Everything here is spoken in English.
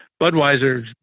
Budweiser